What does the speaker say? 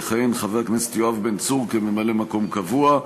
יכהן חבר הכנסת יואב בן צור כממלא-מקום קבוע.